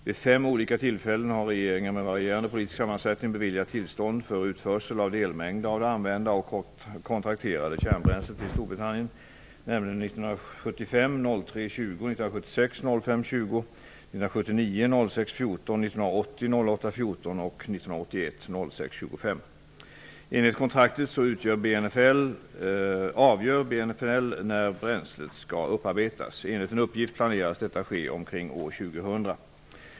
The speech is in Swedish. Vid fem olika tillfällen har regeringar med varierande politisk sammansättning beviljat tillstånd för utförsel av delmängder av det använda och kontrakterade kärnbränslet till Storbritannien, nämligen den 20 mars 1975, den 20 maj 1976, den 1981. Enligt kontraktet avgör BNFL när bränslet skall upparbetas. Enligt en uppgift planeras detta ske omkring år 2000.